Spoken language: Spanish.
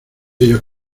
ellos